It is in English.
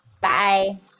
Bye